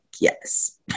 yes